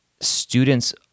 students